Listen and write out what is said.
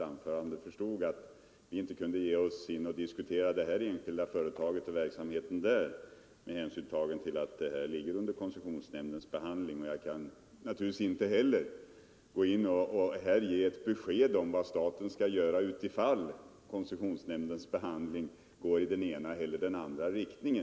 anförande som om han förstod att vi inte kunde diskutera det här enskilda företaget och dess verksamhet med hänsyn till att ärendet ligger under koncessionsnämndens behandling. Jag kan naturligtvis inte heller lämna besked om vad staten skall göra ifall koncessionsnämndens behandling går i den ena eller andra riktningen.